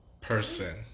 person